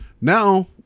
Now